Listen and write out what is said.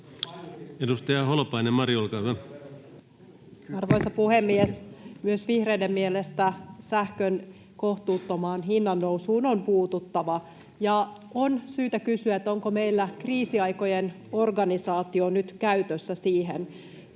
täydentämisestä Time: 11:14 Content: Arvoisa puhemies! Myös vihreiden mielestä sähkön kohtuuttomaan hinnannousuun on puututtava, ja on syytä kysyä, onko meillä kriisiaikojen organisaatio nyt käytössä siihen.